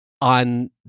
on